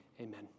amen